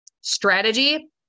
Strategy